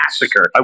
massacre